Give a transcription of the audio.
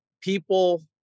people